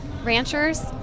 ranchers